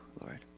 Lord